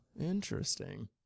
Interesting